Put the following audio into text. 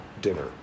dinner